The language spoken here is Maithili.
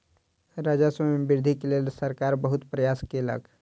राजस्व मे वृद्धिक लेल सरकार बहुत प्रयास केलक